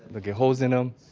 they'll get holes in um